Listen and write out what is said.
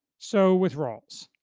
so with rawls.